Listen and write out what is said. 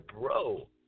bro